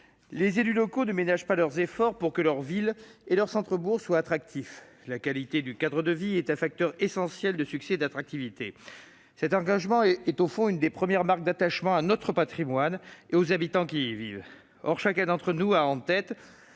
Les élus locaux ne ménagent pas leurs efforts pour que leurs villes et leurs centres-bourgs soient attractifs. La qualité du cadre de vie est un facteur essentiel de succès et d'attractivité. Cet engagement est, au fond, l'une des premières marques d'attachement à notre patrimoine et à ses habitants. Or chacun d'entre nous a en tête,